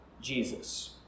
Jesus